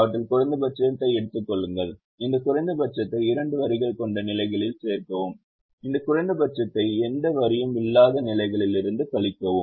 அவற்றில் குறைந்தபட்சத்தை எடுத்துக் கொள்ளுங்கள் இந்த குறைந்தபட்சத்தை இரண்டு வரிகளைக் கொண்ட நிலைகளில் சேர்க்கவும் இந்த குறைந்தபட்சத்தை எந்த வரியும் இல்லாத நிலைகளிலிருந்து கழிக்கவும்